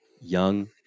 young